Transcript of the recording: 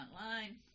online